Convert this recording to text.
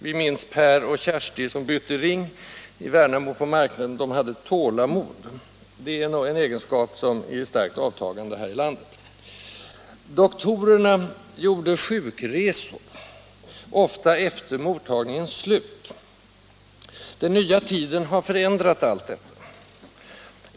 Vi minns Per och Kersti som bytte ring i Värnamo på marknaden; de hade tålamod. Det är nog en egenskap som är i starkt avtagande här:i landet. Doktorerna gjorde sjukresor, ofta efter mottagningens slut. Den nya tiden har förändrat allt detta.